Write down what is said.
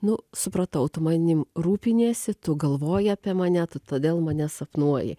nu supratau tu manim rūpiniesi tu galvoji apie mane todėl mane sapnuoji